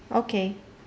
okay